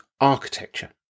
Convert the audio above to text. architecture